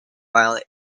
while